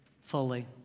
fully